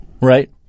Right